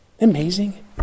Amazing